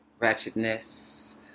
ratchetness